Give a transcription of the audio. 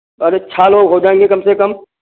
अरे छः लोग हो जाएंगे कम से कम